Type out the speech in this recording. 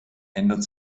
ändert